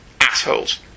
assholes